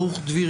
ברוך דביר,